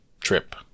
trip